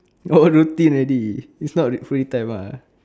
oh routine already which part of it free time ah